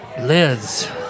Liz